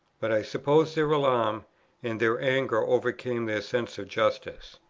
but i suppose their alarm and their anger overcame their sense of justice.